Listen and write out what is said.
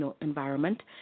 environment